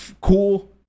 cool